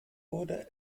wurde